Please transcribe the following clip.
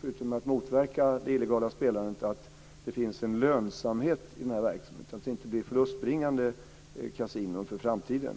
förutom att motverka det illegala spelandet att det finns en lönsamhet i verksamheten, att det inte blir förlustbringande kasinon för framtiden.